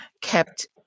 kept